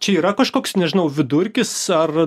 čia yra kažkoks nežinau vidurkis ar